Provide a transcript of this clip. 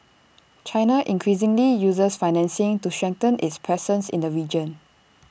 China increasingly uses financing to strengthen its presence in the region